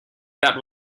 that